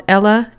Ella